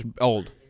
Old